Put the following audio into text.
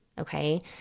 Okay